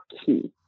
key